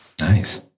Nice